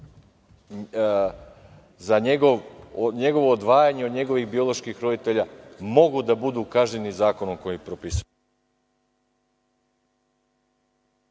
za njegovo odvajanje od njegovih bioloških roditelja mogu da budu kažnjeni zakonom koji propisujemo?